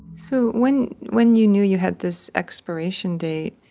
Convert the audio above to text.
so when, when you knew you had this expiration date,